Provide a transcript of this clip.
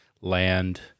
land